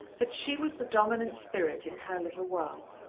that she was the dominant spirit in her little world.